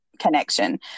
connection